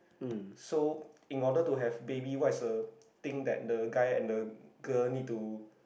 so in order to have baby what is the thing that the guy and the girl need to